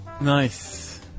Nice